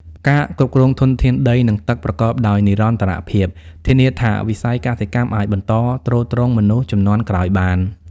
ការគ្រប់គ្រងធនធានដី និងទឹកប្រកបដោយនិរន្តរភាព ធានាថាវិស័យកសិកម្មអាចបន្តទ្រទ្រង់មនុស្សជំនាន់ក្រោយបាន។